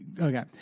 Okay